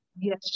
Yes